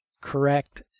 correct